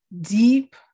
deep